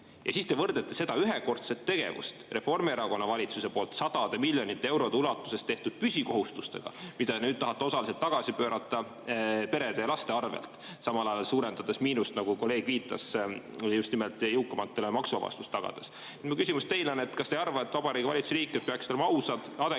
Ja siis te võrdlete seda ühekordset tegevust Reformierakonna valitsuse sadade miljonite eurode ulatuses tehtud püsikohustustega, mida te nüüd tahate osaliselt tagasi pöörata perede ja laste arvel, samal ajal suurendades miinust, nagu kolleeg viitas, just nimelt jõukamatele maksuvabastust tagades. Minu küsimus teile on selline: kas te ei arva, et Vabariigi Valitsuse liikmed peaksid olema ausad,